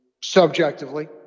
subjectively